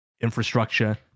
infrastructure